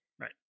Right